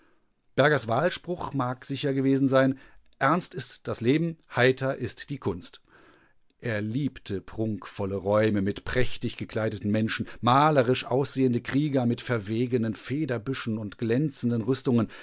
bergers wahlspruch mag sicher gewesen sein ernst ist das leben heiter ist die kunst er liebte prunkvolle räume mit prächtig gekleideten menschen malerisch aussehende krieger mit verwegenen federbüschen und glänzenden rüstungen